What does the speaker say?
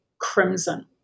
crimson